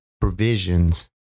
provisions